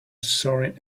storing